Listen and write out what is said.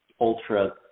ultra